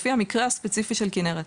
לפי המקרה הספציפי של כנרת.